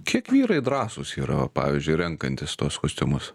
kiek vyrai drąsūs yra pavyzdžiui renkantis tuos kostiumus